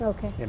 Okay